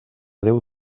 déu